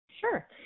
Sure